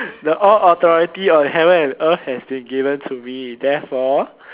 the all authority of heaven and earth has been given to me therefore